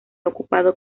ocupado